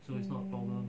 oh